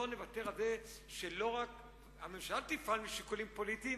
לא נוותר על זה שלא רק הממשלה תפעל משיקולים פוליטיים,